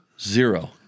Zero